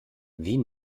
wie